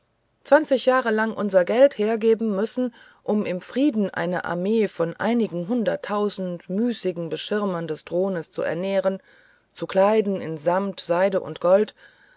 zwanzig jahre lang unser geld hergeben müssen um im frieden eine armee von einigen hunderttausend müßigen beschirmern des thrones zu ernähren zu kleiden in samt seide und gold